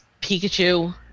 Pikachu